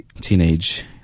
teenage